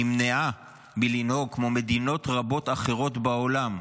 נמנעה מלנהוג כמו מדינות רבות אחרות בעולם,